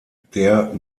der